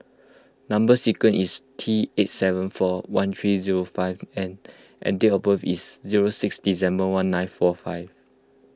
Number Sequence is T eight seven four one three zero five N and date of birth is zero six December one nine four five